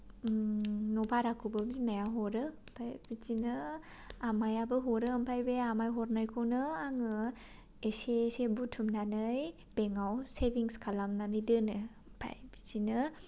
न' भाराखौबो बिमाया हरो ओमफाय बिदिनो आमाइयाबो हरो ओमफाय बे आमाइ हरनायखौनो आङो एसे एसे बुथुमनानै बेंकआव सेभिंस खालामनानै दोनो ओमफाय बिदिनो